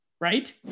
right